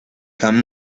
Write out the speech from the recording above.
camp